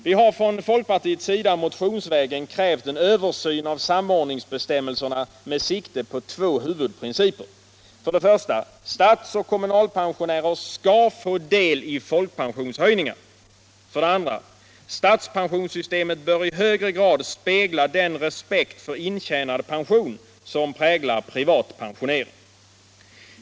Vi har från folkpartiets sida motionsvägen krävt en översyn av samordningsbestämmelserna med sikte på två huvudprinciper: 2. statspensionssystemet bör i högre grad spegla den respekt för intjänad pension som präglar privat pensionering.